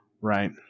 Right